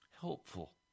helpful